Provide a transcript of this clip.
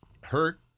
hurt